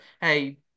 hey